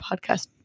podcast